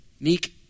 meek